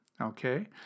Okay